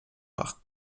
machen